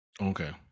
Okay